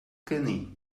kenny